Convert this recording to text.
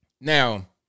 Now